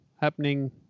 happening